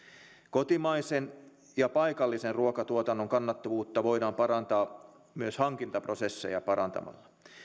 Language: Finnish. kotimaisen ja paikallisen ruokatuotannon kannattavuutta voidaan parantaa myös hankintaprosesseja parantamalla